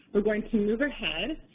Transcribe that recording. we're going to move ahead.